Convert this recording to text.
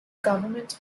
government